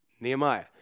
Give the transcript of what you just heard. Nehemiah